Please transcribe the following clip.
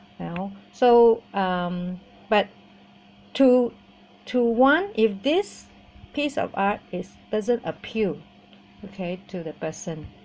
now so um but to to one if this piece of art it doesn't appeal okay to the person